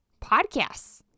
podcasts